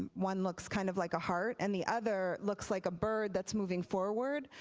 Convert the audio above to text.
and one looks kind of like a heart and the other looks like a bird that's moving forward,